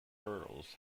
hurdles